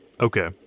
Okay